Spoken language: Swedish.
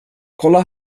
kolla